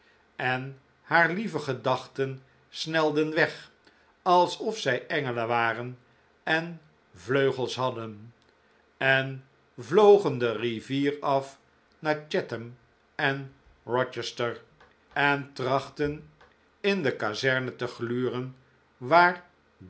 en haar lieve gedachten snelden weg alsof zij engelen waren en vleugels hadden en vlogen de rivier af naar chatham en rochester en trachtten in de kazerne te gluren waar